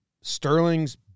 Sterling's